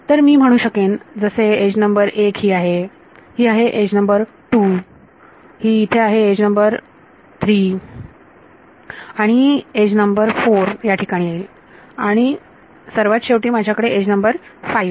तर मी म्हणू शकेन जसे एज नंबर 1 ही आहे ही आहे एज नंबर 2 इथे आहे एज नंबर 3 आणि एज नंबर 4 याठिकाणी येईल आणि सर्वात शेवटी माझ्याकडे एज नंबर 5 आहे